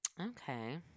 Okay